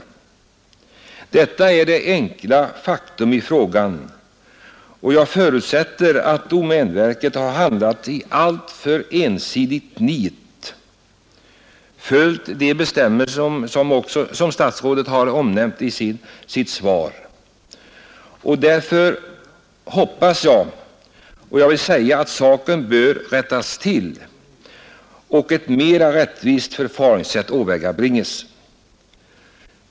Detta är det enkla faktum i frågan, och jag förutsätter att domänverket har handlat i alltför ensidigt nit och följt de bestämmelser som statsrådet har omnämnt i sitt svar. Därför hoppas jag att saken rättas till och ett mera rättvist förfaringssätt åvägabringas.